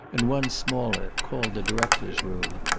and one smaller called the director's room.